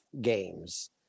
games